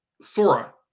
Sora